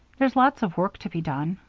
there's lots of work to be done.